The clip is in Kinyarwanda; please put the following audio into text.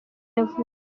yavutse